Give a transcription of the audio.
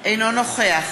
אינו נוכח